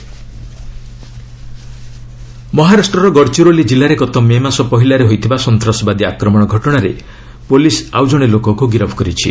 Naxal arrest ମହାରାଷ୍ଟ୍ରର ଗଡ଼ଚିରୋଲି କିଲ୍ଲାରେ ଗତ ମେ ମାସ ପହିଲାରେ ହୋଇଥିବା ସନ୍ତାସବାଦୀ ଆକ୍ରମଣ ଘଟଣାରେ ପୁଲିସ୍ ଆଉ ଜଣେ ଲୋକକୁ ଗିରଫ କରିଛି